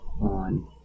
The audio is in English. on